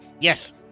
Yes